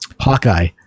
Hawkeye